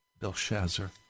Belshazzar